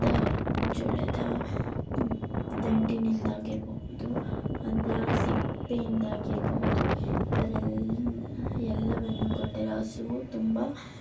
the ಜೋಳದ ದಂಟಿನಿಂದಾಗಿರಬಹುದು ಅದರ ಸಿಪ್ಪೆಯಿಂದಾಗಿರಬಹುದು ಅದರ ಎಲ್ಲ ಎಲ್ಲವನ್ನೂ ಕೊಟ್ಟಿರೊ ಹಸುವು ತುಂಬ